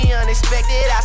unexpected